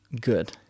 good